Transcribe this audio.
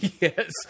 yes